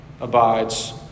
abides